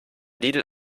lidl